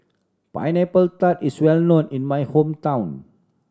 Pineapple Tart is well known in my hometown